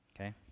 Okay